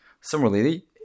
Similarly